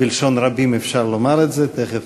בלשון רבים אפשר לומר את זה, תכף